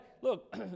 look